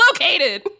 located